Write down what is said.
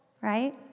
right